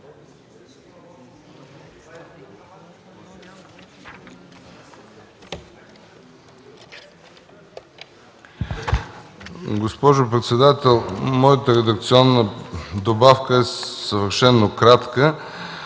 Госпожо председател, моята редакционна добавка е съвършено кратка.